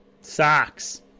Socks